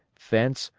fence,